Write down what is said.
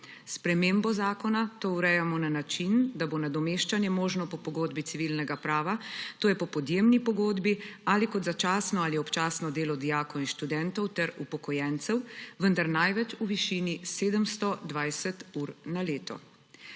spremembo zakona to urejamo na način, da bo nadomeščanje možno po pogodbi civilnega prava, to je po podjemni pogodbi ali kot začasno ali občasno delo dijakov in študentov ter upokojencev, vendar največ v višini 720 ur na leto.